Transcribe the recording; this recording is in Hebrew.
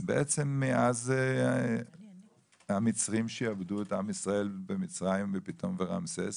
בעצם מאז המצרים ששעבדו את עם ישראל במצרים בפיתום ורעמסס,